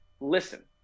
listen